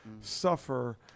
suffer